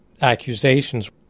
accusations